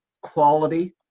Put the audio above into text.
quality